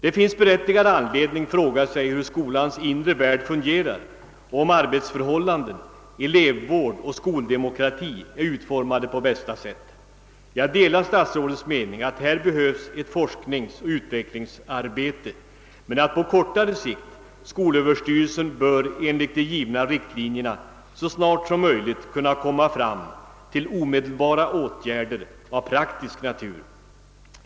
Det finns berättigad anledning att fråga sig hur skolans inre värld fungerar och om arbetsförhållanden, elevvård och skoldemokrati är utformade på bästa sätt. Jag delar statsrådets mening att det härvidlag behövs ett forskningsoch utvecklingsarbete men att på kortare sikt skolöverstyrelsen enligt de givna riktlinjerna så snart som möjligt bör kunna komma fram till omedelbara åtgärder av praktisk natur.